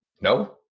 No